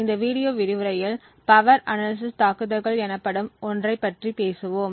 இந்த வீடியோ விரிவுரையில் power analysis தாக்குதல்கள் எனப்படும் ஒன்றைப் பற்றி பேசுவோம்